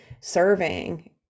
Serving